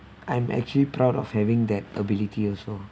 I'm actually proud of having that ability also